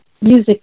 music